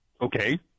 Okay